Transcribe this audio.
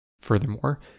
Furthermore